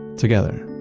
together